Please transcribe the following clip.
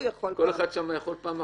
כל אחד יכול פעם אחת.